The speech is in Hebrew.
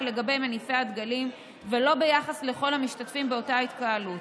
לגבי מניפי הדגלים ולא ביחס לכל המשתתפים באותה התקהלות.